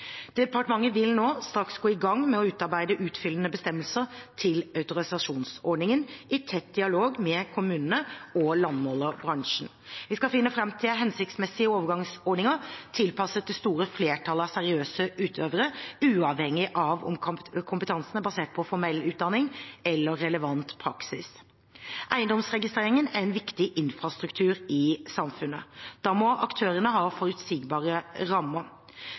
Departementet vil nå straks gå i gang med å utarbeide utfyllende bestemmelser til autorisasjonsordningen i tett dialog med kommunene og landmålerbransjen. Vi skal finne fram til hensiktsmessige overgangsordninger tilpasset det store flertallet av seriøse utøvere, uavhengig av om kompetansen er basert på formell utdanning eller relevant praksis. Eiendomsregistreringen er en viktig infrastruktur i samfunnet. Da må aktørene ha forutsigbare rammer.